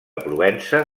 provença